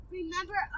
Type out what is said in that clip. remember